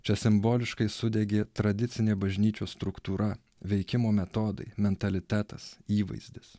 čia simboliškai sudegė tradicinė bažnyčios struktūra veikimo metodai mentalitetas įvaizdis